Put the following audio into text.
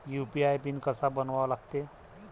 UPI PIN कसा बनवा लागते?